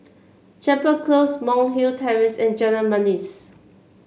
Chapel Close Monk's Hill Terrace and Jalan Manis